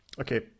okay